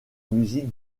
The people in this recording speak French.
musique